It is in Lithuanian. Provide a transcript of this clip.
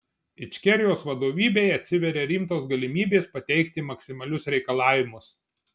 ičkerijos vadovybei atsiveria rimtos galimybės pateikti maksimalius reikalavimus